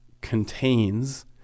contains